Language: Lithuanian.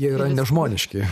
jie yra nežmoniški